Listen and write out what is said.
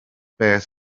beth